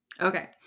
okay